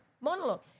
monologue